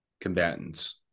combatants